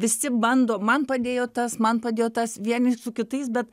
visi bando man padėjo tas man padėjo tas vieni su kitais bet